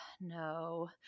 no